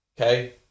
okay